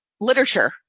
literature